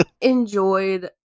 enjoyed